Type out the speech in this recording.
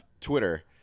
Twitter